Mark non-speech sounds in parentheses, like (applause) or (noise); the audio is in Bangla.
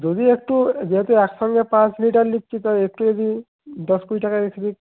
যদি একটু যেহেতু একসঙ্গে পাঁচ লিটার নিচ্ছি তো একটু যদি দশ কুড়ি টাকায় (unintelligible)